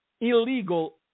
illegal